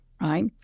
right